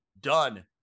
done